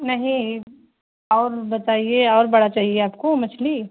نہیں اور بتائیے اور بڑا چاہیے آپ کو مچھلی